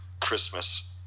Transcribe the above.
Christmas